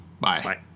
Bye